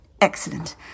Excellent